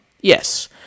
yes